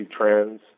trends